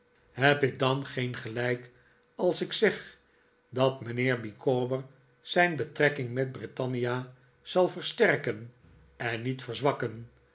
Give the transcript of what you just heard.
heb ik dan geen gelijk als ik zeg dat mijnheer micawber zijn betrekking met britannia zal versterken en niet verzwakken